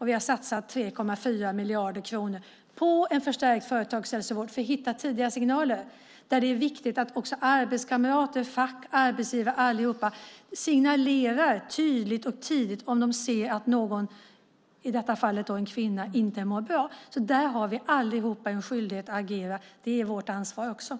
Vi har satsat 3,4 miljarder kronor på en förstärkt företagshälsovård för att hitta tidiga signaler, där det är viktigt att också arbetskamrater, fack, arbetsgivare och alla andra signalerar tydligt och tidigt om de ser att någon, i detta fall en kvinna, inte mår bra. Där har vi alla en skyldighet att agera. Det är också vårt ansvar.